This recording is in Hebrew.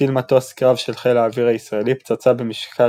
הטיל מטוס קרב של חיל האוויר הישראלי פצצה במשקל